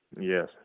Yes